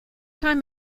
time